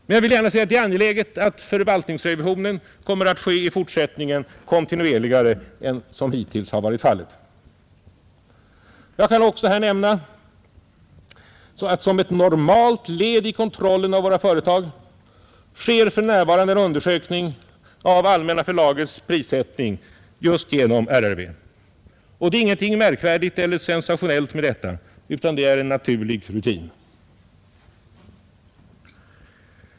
Men jag vill gärna säga att det är angeläget att förvaltningsrevisionen i fortsättningen kommer att ske kontinuerligare än hittills varit fallet. Jag vill också här nämna att som ett normalt led i kontrollen av våra företag sker för närvarande en undersökning av Allmänna förlagets prissättning just genom riksrevisionsverket. Det är ingenting märkvärdigt eller sensationellt med detta utan det är en naturlig rutin.